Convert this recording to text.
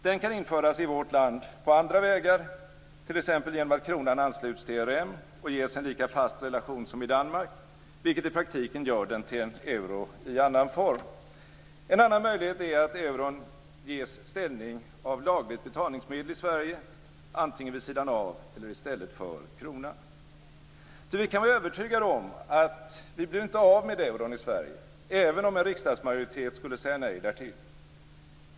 Den kan införas i vårt land på andra vägar, t.ex. genom att kronan ansluts till ERM och ges en lika fast relation som i Danmark, vilket i praktiken gör den till en euro i annan form. En annan möjlighet är att euron ges ställning av lagligt betalningsmedel i Sverige - antingen vid sidan av eller i stället för kronan. Ty vi kan vara övertygade om att vi inte blir av med euron i Sverige, även om en riksdagsmajoritet skulle säga nej därtill.